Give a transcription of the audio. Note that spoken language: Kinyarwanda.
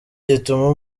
gituma